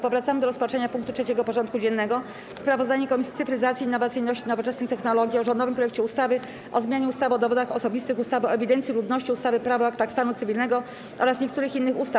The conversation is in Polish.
Powracamy do rozpatrzenia punktu 3. porządku dziennego: Sprawozdanie Komisji Cyfryzacji, Innowacyjności i Nowoczesnych Technologii o rządowym projekcie ustawy o zmianie ustawy o dowodach osobistych, ustawy o ewidencji ludności, ustawy - Prawo o aktach stanu cywilnego oraz niektórych innych ustaw.